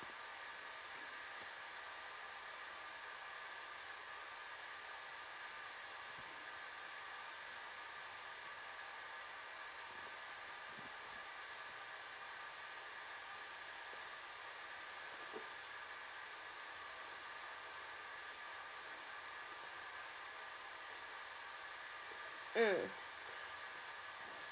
mm